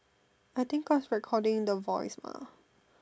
I think cause recording the voice lah